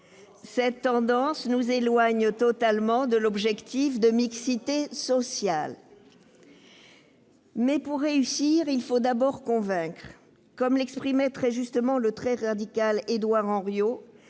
Cette tendance nous éloigne totalement de l'objectif de mixité sociale. Mais, pour réussir, il faut d'abord convaincre. Comme l'exprimait très justement le très radical Édouard Herriot